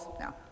No